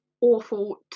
Awful